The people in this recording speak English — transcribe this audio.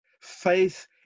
Faith